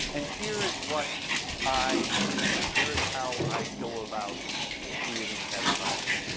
and here is what i do. here is how i go about creating that environment.